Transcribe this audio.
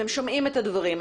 אתם שומעים את הדברים,